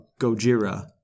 Gojira